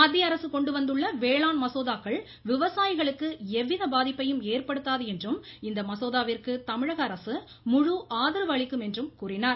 மத்திய அரசு கொண்டு வந்துள்ள வேளாண் மசோதாக்கள் விவசாயிகளுக்கு எவ்வித பாதிப்பையும் ஏற்படுத்தாது என்றும் இந்த மசோதாவிற்கு தமிழக அரசு முழு ஆதரவு அளிக்கும் என்றும் கூறினார்